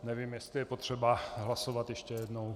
Nevím, jestli je potřeba hlasovat ještě jednou.